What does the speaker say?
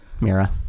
Mira